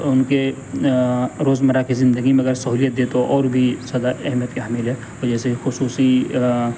ان کے روزمرہ کی زندگی میں اگر سہولیت دے تو اور بھی زیادہ اہمیت کی حامل ہے اور جیسے خصوصی